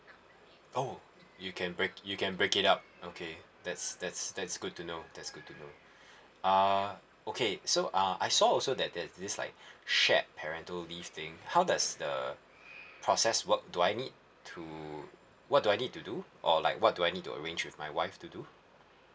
oh you can break you can break it up okay that's that's that's good to know that's good to know uh okay so uh I saw also that there's this like shared parental leave thing how does the process work do I need to what do I need to do or like what do I need to arrange with my wife to do